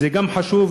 זה גם חשוב,